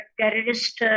terrorist